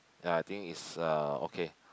ya I think is uh okay